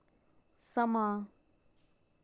समां